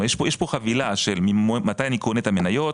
יש כאן חבילה של מתי אני קונה את המניות,